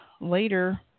later